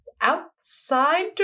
outside